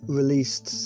released